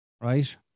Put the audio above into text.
right